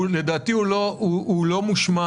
לדעתי הוא לא מושמד,